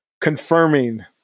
confirming